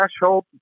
Threshold